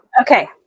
Okay